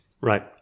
Right